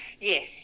yes